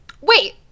Wait